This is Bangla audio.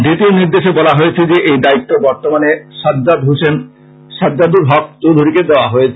দ্বিতীয় নির্দেশে বলা হয়েছে যে এই দায়িত্ব সাজ্জাদ হোক চৌধুরী কে দেওয়া হয়েছে